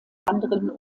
anderen